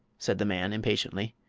said the man, impatiently.